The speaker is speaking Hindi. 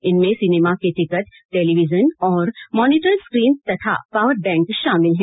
इनमें सिनेमा के टिकट टेलीविजन और मॉनिटर स्क्रीन तथा पावर बैंक शामिल हैं